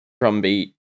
Drumbeat